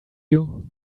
you